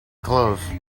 clothes